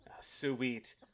Sweet